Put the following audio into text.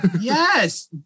Yes